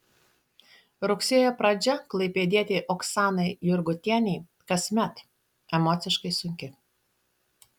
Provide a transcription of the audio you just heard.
rugsėjo pradžia klaipėdietei oksanai jurgutienei kasmet emociškai sunki